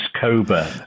Coburn